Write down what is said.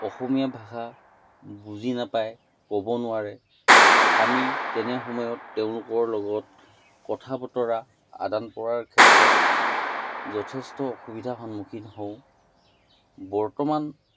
অসমীয়া ভাষা বুজি নাপায় ক'ব নোৱাৰে আমি তেনে সময়ত তেওঁলোকৰ লগত কথা বতৰা আদান কৰাৰ ক্ষেত্ৰত যথেষ্ট অসুবিধাৰ সন্মুখীন হও বৰ্তমান